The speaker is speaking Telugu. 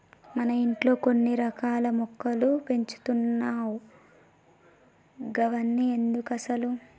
మన ఇంట్లో కొన్ని రకాల మొక్కలు పెంచుతున్నావ్ గవన్ని ఎందుకసలు